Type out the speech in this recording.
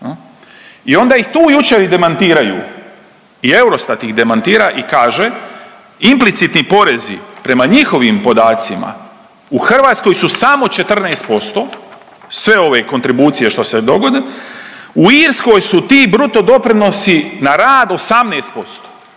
I onda ih tu jučer i demantiraju i Eurostat demantira i kaže, implicitni porezi prema njihovim podacima u Hrvatskoj su samo 14% sve ove kontribucije što se dogode, u Irskoj su ti bruto doprinosi na rad 18%.